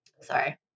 Sorry